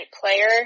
player